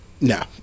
No